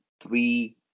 three